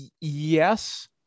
yes